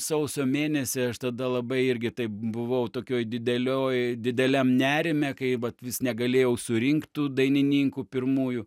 sausio mėnesį aš tada labai irgi taip buvau tokioj didelioj dideliam nerime kai vat vis negalėjau surinkt tų dainininkų pirmųjų